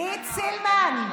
עידית סילמן.